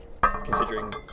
Considering